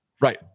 Right